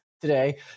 today